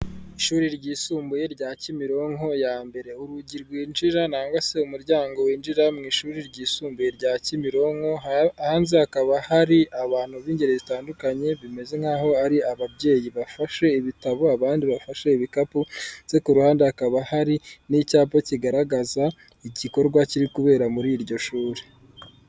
Ishuri ryisumbuye rya Kimironko ya mbere urugi rwinjira nangwase umuryango winjira mu ishuri ryisumbuye rya Kimironko. Hanze hakaba hari abantu b'ingeri zitandukanye bimeze nk'aho ari ababyeyi bafashe ibitabo, abandi bafashe ibikapu ndetse ku ruhande hakaba hari n'icyapa kigaragaza igikorwa kiri kubera muri iryo shuri.